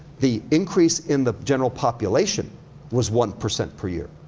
the increase in the general population was one percent per year.